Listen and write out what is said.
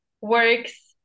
works